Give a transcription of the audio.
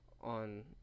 on